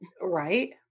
Right